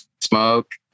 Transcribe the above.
smoke